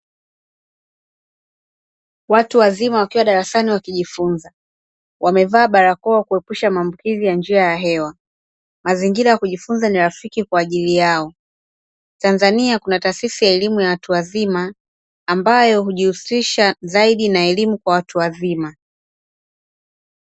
Watu wazima wakiwa darasani wakijifunza, wamevaa barakoa kuepusha maambukizi ya njia ya hewa, mazingira ya kujifunza ni rafiki kwa ajili yao. Tanzania kuna taasisi ya elimu ya watu wazima, ambayo hujihusisha zaidi na elimu kwa watu wazima.